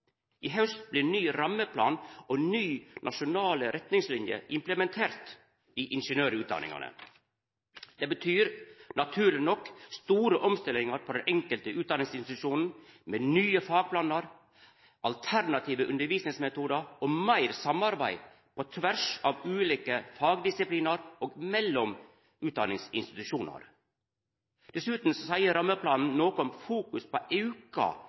I haust blir ny rammeplan og nye nasjonale retningslinjer implementerte i ingeniørutdanningane. Det betyr naturleg nok store omstillingar på den enkelte utdanningsinstitusjon, med nye fagplanar, alternative undervisningsmetodar og meir samarbeid på tvers av ulike fagdisiplinar og mellom utdanningsinstitusjonar. Dessutan seier rammeplanen noko om fokus på auka arbeidslivskontakt og internasjonalisering. Rammeplanen opnar for å